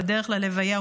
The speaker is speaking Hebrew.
בדרך ללוויה,